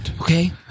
Okay